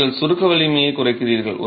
நீங்கள் சுருக்க வலிமையை குறைக்கிறீர்கள்